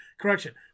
Correction